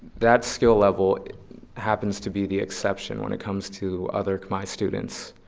that skill level happens to be the exception when it comes to other khmer students.